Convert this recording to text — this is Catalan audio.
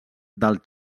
del